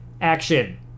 action